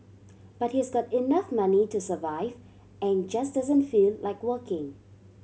but he's got enough money to survive and just doesn't feel like working